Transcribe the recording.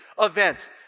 event